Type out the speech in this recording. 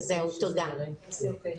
תודה.